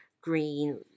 green